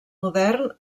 modern